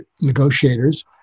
negotiators